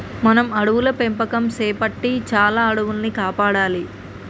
మనం అడవుల పెంపకం సేపట్టి చాలా అడవుల్ని కాపాడాలి